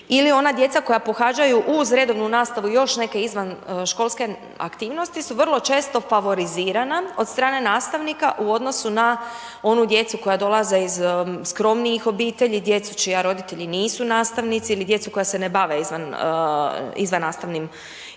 ili ona djeca koja pohađaju uz redovnu nastavu još neke izvanškolske aktivnosti, su vrlo često favorizirana od strane nastavnika, u odnosu na onu djecu koja dolaze iz skromnijih obitelji, djecu čiji roditelji nisu nastavnici ili djeca koja se ne bave izvannastavnim,